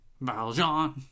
Valjean